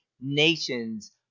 nations